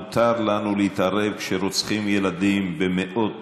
מותר לנו להתערב כשרוצחים ילדים במאות